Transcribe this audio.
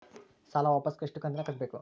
ಸಾಲ ವಾಪಸ್ ಎಷ್ಟು ಕಂತಿನ್ಯಾಗ ಕಟ್ಟಬೇಕು?